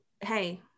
hey